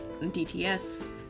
DTS